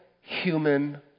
human